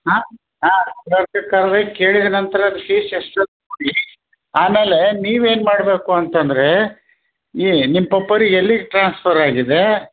ಹಾಂ ಹಾಂ ಕೇಳಬೇಕಾದ್ರೆ ಕೇಳಿದ ನಂತರ ಅದು ಫೀಸ್ ಎಷ್ಟು ಅಂದು ಆಮೇಲೆ ನೀವು ಏನು ಮಾಡಬೇಕು ಅಂತಂದರೆ ಈ ನಿಮ್ಮ ಪಪ್ಪೋರಿಗೆ ಎಲ್ಲಿಗೆ ಟ್ರಾನ್ಸ್ಫರ್ ಆಗಿದೆ